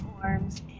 forms